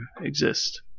exist